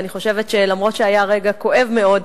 ואני חושבת שאף-על-פי שהיה רגע כואב מאוד,